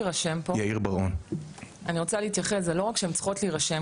אני רוצה להתייחס, זה לא רק שהן צריכות להירשם.